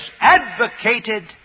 advocated